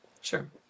Sure